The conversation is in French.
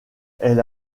elle